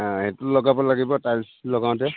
সেইটো লগাব লাগিব টাইলছ লগাওঁতে